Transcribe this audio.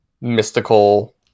mystical